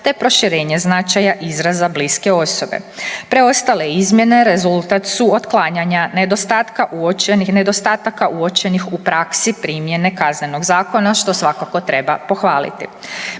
te proširenje značaja izraza bliske osobe. Preostale izmjene rezultat su otklanjanja nedostatka uočenih, nedostatak uočenih u praksi primjene Kaznenog zakona, što svakako treba pohvaliti.